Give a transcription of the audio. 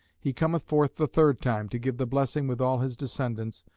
he cometh forth the third time, to give the blessing with all his descendants,